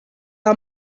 our